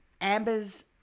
Amber's